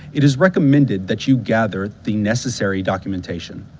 it is recommended that you gather the necessary documentation.